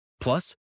Plus